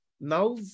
Now